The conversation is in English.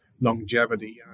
longevity